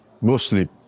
mostly